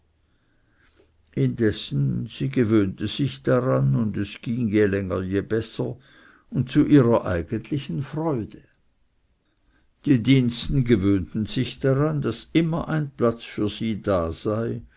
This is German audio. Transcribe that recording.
indessen sie gewöhnte sich daran und es ging je länger je besser und zu ihrer eigentlichen freude die diensten gewöhnten sich daran daß immer ein platz für sie da sei